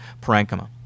parenchyma